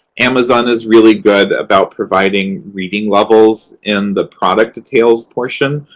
amazon is really good about providing reading levels in the product details portion.